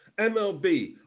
MLB